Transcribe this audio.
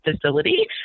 facility